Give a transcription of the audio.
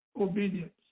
obedience